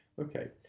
okay